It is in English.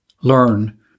Learn